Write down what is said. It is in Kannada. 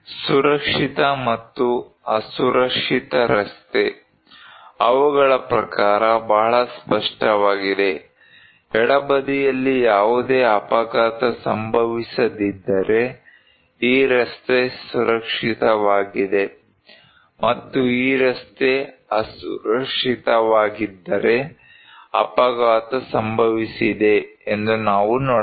ಸುರಕ್ಷಿತ ಮತ್ತು ಅಸುರಕ್ಷಿತ ರಸ್ತೆ ಅವುಗಳ ಪ್ರಕಾರ ಬಹಳ ಸ್ಪಷ್ಟವಾಗಿದೆ ಎಡಬದಿಯಲ್ಲಿ ಯಾವುದೇ ಅಪಘಾತ ಸಂಭವಿಸದಿದ್ದರೆ ಈ ರಸ್ತೆ ಸುರಕ್ಷಿತವಾಗಿದೆ ಮತ್ತು ಈ ರಸ್ತೆ ಅಸುರಕ್ಷಿತವಾಗಿದ್ದರೆ ಅಪಘಾತ ಸಂಭವಿಸಿದೆ ಎಂದು ನಾವು ನೋಡಬಹುದು